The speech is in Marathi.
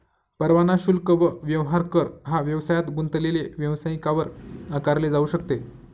परवाना शुल्क व व्यवसाय कर हा व्यवसायात गुंतलेले व्यावसायिकांवर आकारले जाऊ शकते